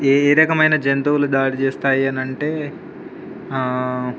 ఏ రకమైన జంతువులు దాడి చేస్తాయి అని అంటే